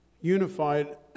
Unified